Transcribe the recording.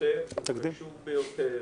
הנושא חשוב ביותר,